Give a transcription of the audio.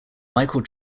michael